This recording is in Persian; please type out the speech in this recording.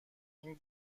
این